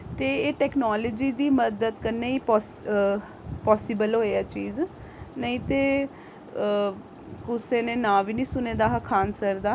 ते एह् टैक्नोलोजी दी मदद कन्नै ई एह् पास्सिबल होई चीज नेईं ते कुसै नै नांऽ बी नेई सुने दा हा खान सर दा